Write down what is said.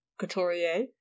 Couturier